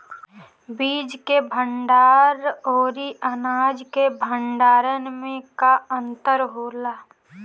बीज के भंडार औरी अनाज के भंडारन में का अंतर होला?